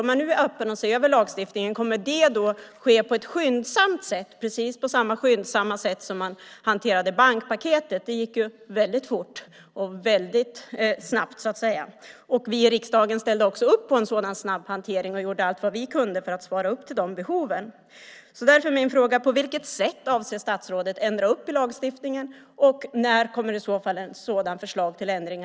Om man nu är öppen för att se över lagstiftningen, kommer det då att ske på samma skyndsamma sätt som man hanterade bankpaketet? Det gick väldigt fort, och vi i riksdagen ställde också upp på en sådan snabb hantering och gjorde allt vad vi kunde för att svara upp till de behoven. På vilket sätt avser statsrådet att ändra i lagstiftningen? När kommer ett sådant förslag till ändring?